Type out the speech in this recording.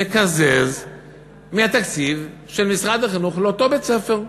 נקזז מהתקציב של משרד החינוך לאותו בית-ספר.